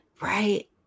Right